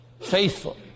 Faithful